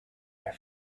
your